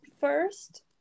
first